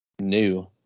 New